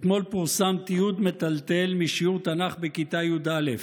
אתמול פורסם תיעוד מטלטל משיעור תנ"ך בכיתה י"א.